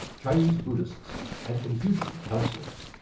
chinese buddhists and confucian counsellors.